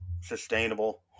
sustainable